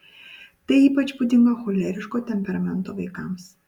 tai ypač būdinga choleriško temperamento vaikams